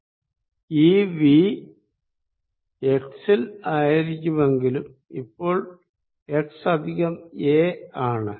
ഈ V x ൽ ആയിരിക്കുമെങ്കിലും ഇപ്പോൾ x പ്ലസ് a ആണ്